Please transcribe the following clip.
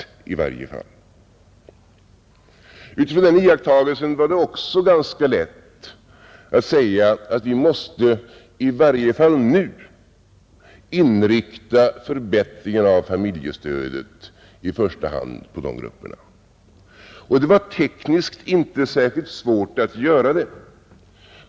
Utifrån den iakttagelsen var det också ganska lätt att säga att vi måste inrikta förbättringarna av familjestödet i första hand på denna grupp. Det var tekniskt inte särskilt svårt att göra det.